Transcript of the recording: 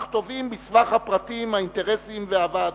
אך טובעים בסבך הפרטים, האינטרסים והוועדות.